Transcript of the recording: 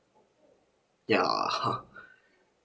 ya